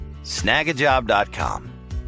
Snagajob.com